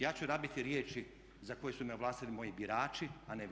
Ja ću rabiti riječi za koje su me ovlastili moji birači a ne vi.